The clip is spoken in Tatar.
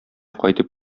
кайтып